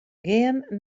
gean